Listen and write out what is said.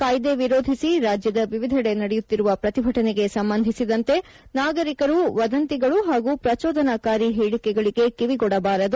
ಕಾಯ್ದೆ ವಿರೋಧಿಸಿ ರಾಜ್ಯದ ವಿವಿದೆಡೆ ನಡೆಯುತ್ತಿರುವ ಪ್ರತಿಭಟನೆಗೆ ಸಂಬಂಧಿಸಿದಂತೆ ನಾಗರಿಕರು ವದಂತಿಗಳು ಹಾಗೂ ಪ್ರಜೋದನಾಕಾರಿ ಹೇಳಕೆಗಳಿಗೆ ಕಿವಿಗೊಡಬಾರದು